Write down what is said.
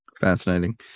Fascinating